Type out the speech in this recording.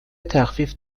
تخفیف